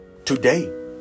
today